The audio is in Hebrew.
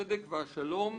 הצדק והשלום